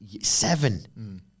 seven